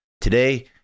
Today